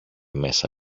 μέσα